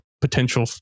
potential